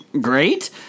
Great